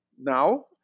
now